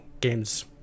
games